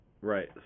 right